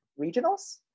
regionals